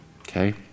Okay